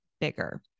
bigger